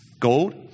gold